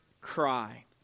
cry